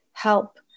help